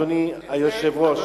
אדוני היושב-ראש,